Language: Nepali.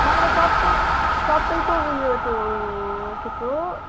मलाई सबै सबैको उयो त्यो के पो